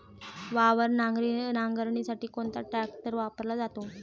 वावर नांगरणीसाठी कोणता ट्रॅक्टर वापरला जातो?